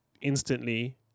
instantly